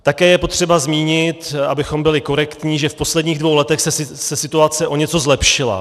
Také je potřeba zmínit, abychom byli korektní, že v posledních dvou letech se situace o něco zlepšila.